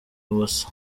uwase